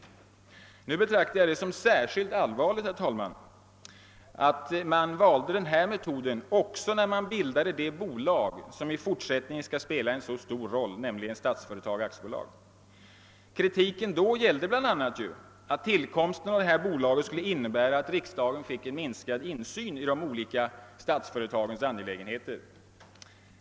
Jag betraktar det som särskilt allvarligt, herr talman, att man valde denna metod också när man bildade det bolag som i fortsättningen skall spela en så stor roll, nämligen Statsföretag AB. Kritiken vid bildandet gällde bl.a. att tillkomsten av detta bolag skulle innebära att riksdagen fick minskad insyn i de olika statsföretageinis angelägenheter.